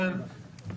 הנשיאים.